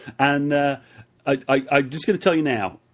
and i just got to tell you now,